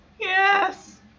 Yes